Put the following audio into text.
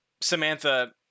Samantha